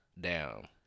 down